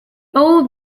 old